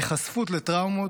היחשפות לטראומות,